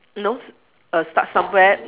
you know err start somewhere